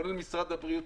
כולל משרד הבריאות,